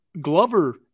Glover